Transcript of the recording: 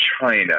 China